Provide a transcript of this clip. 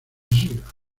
lliga